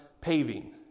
paving